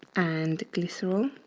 and glycerol.